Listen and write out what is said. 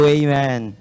amen